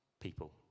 people